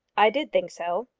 i did think so.